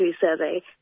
survey